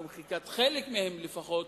או מחיקת חלק מהם לפחות,